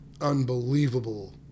unbelievable